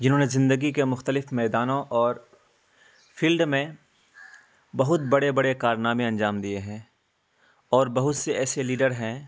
جنہوں نے زندگی کے مختلف میدانوں اور فیلڈ میں بہت بڑے بڑے کارنامے انجام دیے ہیں اور بہت سے ایسے لیڈر ہیں